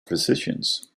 physicians